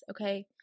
okay